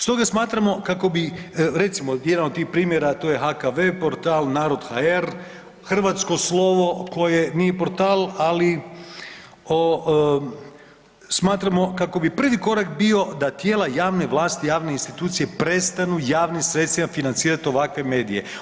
Stoga smatramo kako bi recimo jedan od tih primjera a to je HKV portal, Narod.hr, Hrvatsko slovo koje nije portal, ali smatramo kako bi prvi korak bio da tijela javne vlasti, javne institucije prestanu javnim sredstvima financirati ovakve medije.